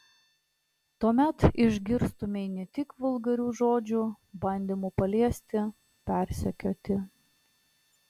tuomet išgirstumei ne tik vulgarių žodžių bandymų paliesti persekioti